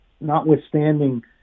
notwithstanding